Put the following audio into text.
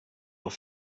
were